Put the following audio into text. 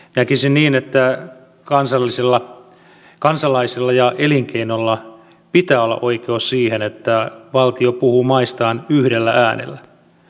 näkisin niin että kansallisella elinkeinolla pitää olla oikeus siihen että valtio puhuu maistaan yhdellä äänellä